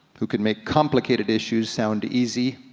who could make complicated issues sound easy,